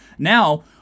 Now